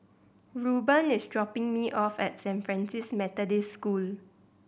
Ruben is dropping me off at Saint Francis Methodist School